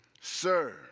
sir